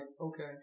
okay